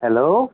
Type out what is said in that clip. hello